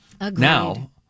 Now